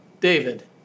David